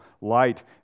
light